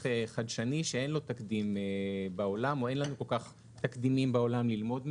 חדשני שאין לו תקדים בעולם ללמוד מהם,